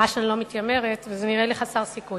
אני ממש לא מתיימרת, וזה נראה לי חסר סיכוי.